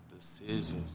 decisions